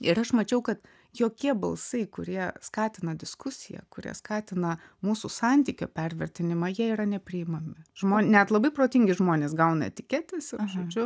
ir aš mačiau kad jokie balsai kurie skatina diskusiją kurie skatina mūsų santykio pervertinimą jie yra nepriimami žmon net labai protingi žmonės gauna etiketes ir žodžiu